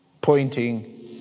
pointing